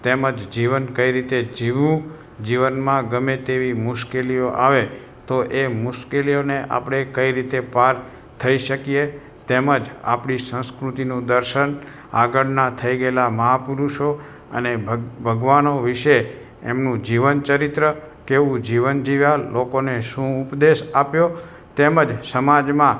તેમજ જીવન કઇ રીતે જીવવું જીવનમાં ગમે તેવી મુશ્કેલીઓ આવે તો એ મુશ્કેલીઓને આપણે કઇ રીતે પાર કરી શકીએ તેમજ આપણી સંસ્કૃતિનું દર્શન આગળના થઇ ગયેલા મહાપુરુષો અને ભગ ભગવાનો વિશે એમનું જીવન ચરિત્ર કેવું જીવન જીવ્યા લોકોને શું ઉપદેશ આપ્યો તેમજ સમાજમાં